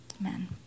amen